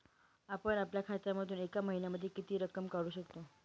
आपण आपल्या खात्यामधून एका महिन्यामधे किती रक्कम काढू शकतो?